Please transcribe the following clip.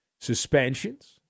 Suspensions